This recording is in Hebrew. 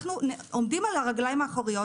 אנחנו עומדים על הרגליים האחוריות,